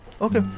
Okay